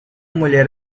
mulher